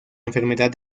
enfermedad